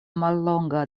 mallonga